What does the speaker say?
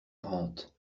rentes